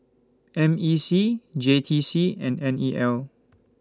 M E C J T C and N E L